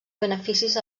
beneficis